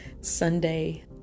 Sunday